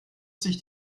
sich